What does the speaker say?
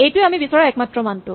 এইটোৱেই আমি বিচৰা একমাত্ৰ মানটো